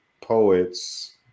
poets